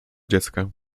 dziecka